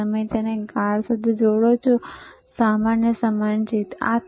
તમે તેને કાળા સાથે જોડો છો અને સામાન્ય સમાન છે